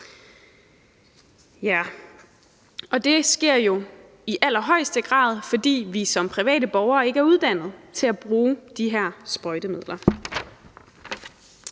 Og det sker jo i allerhøjeste grad, fordi vi som private borgere ikke er uddannet til at bruge de her sprøjtemidler.